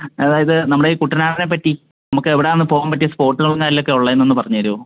അതായത് നമ്മുടെ ഈ കുട്ടനാടിനെപ്പറ്റി നമുക്ക് എവിടെയാണ് പോകാൻ പറ്റിയ സ്പോട്ടുകളും കാര്യങ്ങൾ ഉള്ളത് എന്ന് ഒന്ന് പറഞ്ഞ് തരുമോ